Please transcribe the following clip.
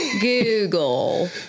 Google